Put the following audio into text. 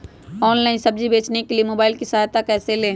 Online सब्जी बेचने के लिए मोबाईल की सहायता कैसे ले?